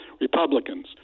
Republicans